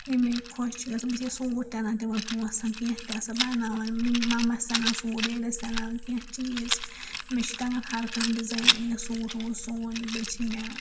یہِ مےٚ خۄش چھُ گژھان بہٕ چھس سوٗٹ تہِ انان تِمن پونٛسن کیٚنہہ تہِ آسان بناوان مَمس انان سوٗٹ ڈیڈیس تہِ انان کیٚنٛہہ چیٖز مےٚ چھُ تگان ہر کانٛہہ ڈِزاین یہِ سوٗٹ ووٗٹ سُوُن بیٚیہِ چھِ مےٚ